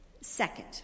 Second